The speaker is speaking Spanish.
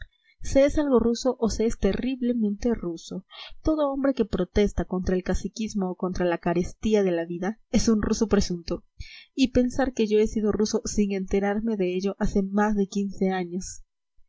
se es algo ruso o se es terriblemente ruso todo hombre que protesta contra el caciquismo o contra la carestía de la vida es un ruso presunto y pensar que yo he sido ruso sin enterarme de ello hace más de quince años